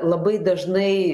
labai dažnai